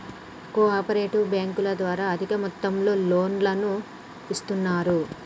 co operative బ్యాంకుల ద్వారా అధిక మొత్తంలో లోన్లను ఇస్తున్నరు